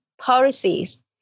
policies